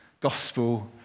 gospel